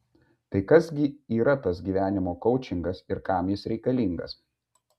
tai kas gi yra tas gyvenimo koučingas ir kam jis reikalingas